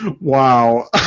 Wow